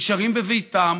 נשארים בביתם,